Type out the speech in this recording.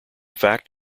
fact